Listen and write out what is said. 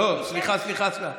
סליחה, סליחה.